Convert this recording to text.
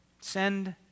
Send